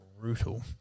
Brutal